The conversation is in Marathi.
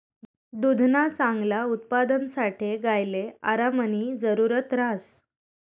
दुधना चांगला उत्पादनसाठे गायले आरामनी जरुरत ह्रास